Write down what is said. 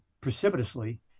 precipitously